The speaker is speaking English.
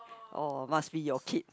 oh must be your kid